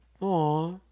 Aw